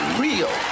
real